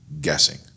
guessing